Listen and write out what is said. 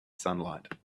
sunlight